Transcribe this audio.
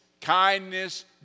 kindness